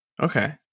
Okay